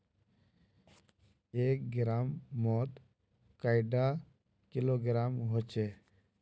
एक ग्राम मौत कैडा किलोग्राम होचे?